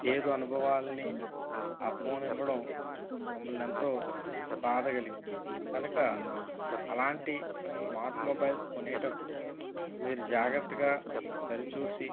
చేదు అనుభవాలని ఆ ఫోను ఇవ్వడం మమ్మల్ని ఎంతో బాధ కలిగించింది కనుక అలాంటి స్మార్ట్ మొబైల్స్ కొనేటప్పుడు మీరు జాగ్రత్తగా సరిచూసి